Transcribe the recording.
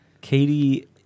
Katie